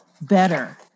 better